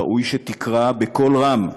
ראוי שתקרא בקול רם לפעולה,